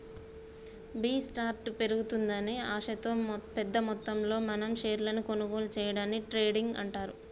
B స్టార్ట్ పెరుగుతుందని ఆశతో పెద్ద మొత్తంలో మనం షేర్లను కొనుగోలు సేయడాన్ని ట్రేడింగ్ అంటారు